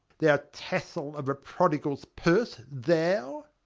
thou tassel of a prodigal's purse, thou?